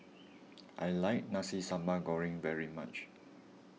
I like Nasi Sambal Goreng very much